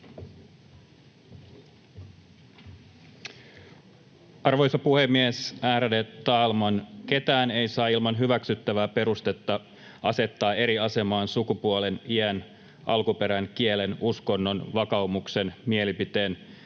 Arvoisa puhemies, ärade talman! ”Ketään ei saa ilman hyväksyttävää perustetta asettaa eri asemaan sukupuolen, iän, alkuperän, kielen, uskonnon, vakaumuksen, mielipiteen,